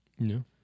No